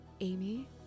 Amy